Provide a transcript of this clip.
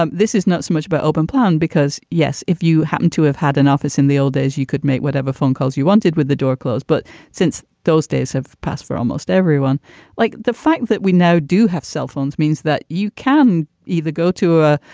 um this is not so much but open plan because, yes, if you happen to have had an office in the old days, you could make whatever phone calls you wanted with the door closed. but since those days have passed for almost everyone like the fact that we now do have cell phones means that you can either go to a,